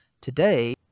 Today